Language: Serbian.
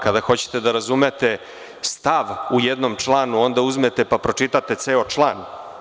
Kada hoćete da razumete stav u jednom članu, onda uzmete pa pročitate ceo član.